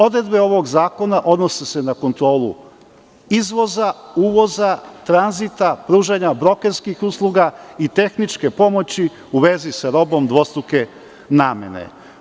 Odredbe ovog zakona odnose se na kontrolu izvoza, uvoza, tranzita, pružanja brokerskih usluga i tehničke pomoći u vezi sa robom dvostruke namene.